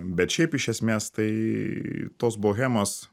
bet šiaip iš esmės tai tos bohemos